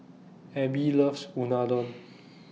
Abby loves Unadon